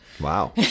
wow